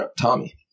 Tommy